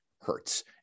hurts